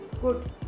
good